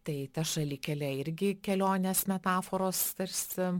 tai ta šalikelė irgi kelionės metaforos tarsi